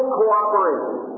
cooperation